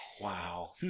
Wow